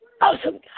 awesome